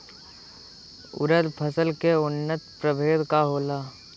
उरद फसल के उन्नत प्रभेद का होला?